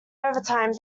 overtime